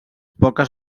poques